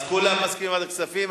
אז כולם מסכימים על כספים.